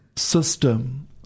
System